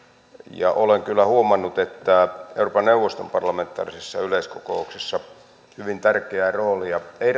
olen kyllä huomannut että euroopan neuvoston parlamentaarisessa yleiskokouksessa hyvin tärkeää roolia ei